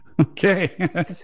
okay